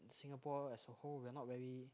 Singapore as a whole we are not very